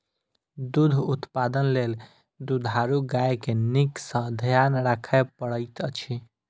दूध उत्पादन लेल दुधारू गाय के नीक सॅ ध्यान राखय पड़ैत अछि